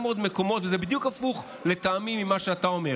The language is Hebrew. וזה בדיוק הפוך לטעמי ממה שאתה אומר: